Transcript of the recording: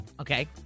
Okay